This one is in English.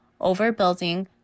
overbuilding